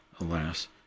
alas